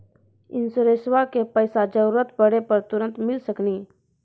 इंश्योरेंसबा के पैसा जरूरत पड़े पे तुरंत मिल सकनी?